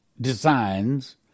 designs